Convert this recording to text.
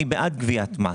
אני בעד גביית מס.